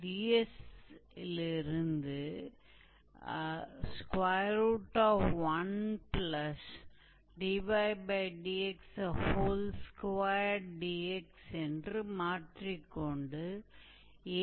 तो हम लिख सकते हैं यह इस प्रकार लिखा जा सकता है यहाँ से हम यह भी लिख सकते हैं कि